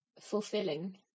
fulfilling